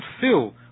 fill